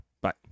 bye